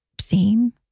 seen